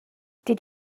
did